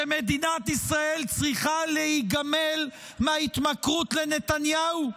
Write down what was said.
שמדינת ישראל צריכה להיגמל מההתמכרות לנתניהו?